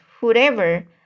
whoever